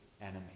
enemy